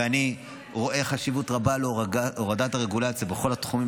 ואני רואה חשיבות רבה בהורדת הרגולציה בכל התחומים,